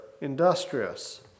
industrious